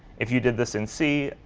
if you did this in c,